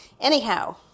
Anyhow